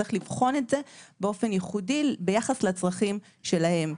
צריך לבחון את זה באופן ייחודי ביחס לצרכים שלהם.